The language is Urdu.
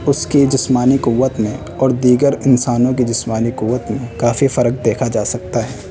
اس کی جسمانی قوت میں اور دیگر انسانوں کے جسمانی قوت میں کافی فرق دیکھا جا سکتا ہے